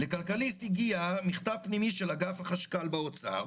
"לכלכליסט הגיע מכתב פנימי של אגף החשכ"ל באוצר,